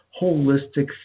holistic